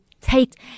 take